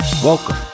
Welcome